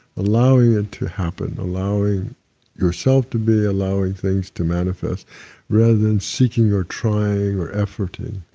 allowing it to happen allowing yourself to be allowing things to manifest rather than seeking you're trying or efforting,